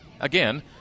again